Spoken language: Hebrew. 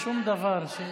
שום דבר.